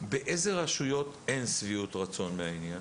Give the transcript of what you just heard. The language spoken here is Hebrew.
באילו רשויות אין שביעות רצון מהעניין?